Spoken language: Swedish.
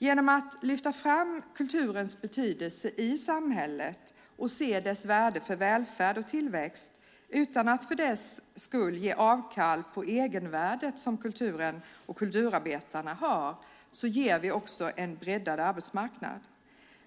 Genom att lyfta fram kulturens betydelse i samhället och se dess värde för välfärd och tillväxt utan att för den skull ge avkall på det egenvärde som kulturen och kulturarbetarna har ger vi också en breddad arbetsmarknad.